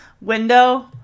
window